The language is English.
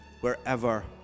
wherever